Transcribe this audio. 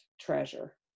treasure